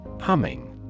Humming